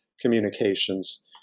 communications